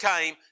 came